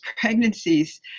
pregnancies